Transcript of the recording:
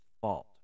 fault